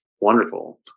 wonderful